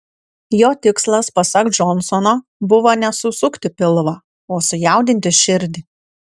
jo tikslas pasak džonsono buvo ne susukti pilvą o sujaudinti širdį